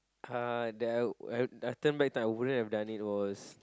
uh that I will I I have turn back time I wouldn't have done it was